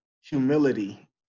humility